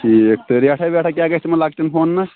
ٹھیٖک تہٕ ریٹھا ویٹھا کیٛاہ گژھِ تِمن لَکٹٮ۪ن فوننَس